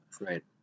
Right